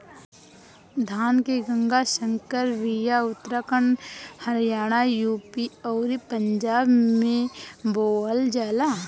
धान के गंगा संकर बिया उत्तराखंड हरियाणा, यू.पी अउरी पंजाब में बोअल जाला